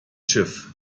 schiff